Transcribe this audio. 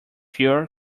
fuel